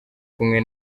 kumwe